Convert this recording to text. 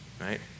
right